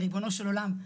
ריבונו של עולם,